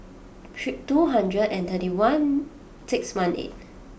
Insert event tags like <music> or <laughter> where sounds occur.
<hesitation> two hundred and thirty one six one eight